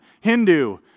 Hindu